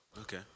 Okay